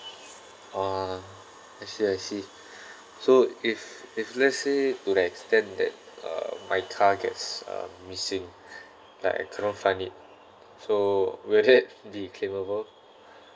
ah I see I see so if if let's say to the extent that uh my car gets um missing like I cannot find it so will that be claimable